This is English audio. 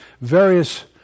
various